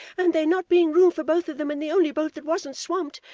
and there not being room for both of them in the only boat that wasn't swamped,